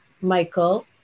Michael